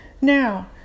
Now